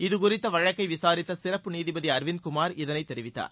இது குறித்த வழக்கை விசாரித்த சிறப்பு நீதிபதி அரவிந்த் குமார் இதனை அறிவித்தார்